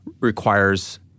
requires—